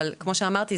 כמו שאמרתי,